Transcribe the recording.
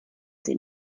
sie